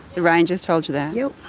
the rangers told you that? yep.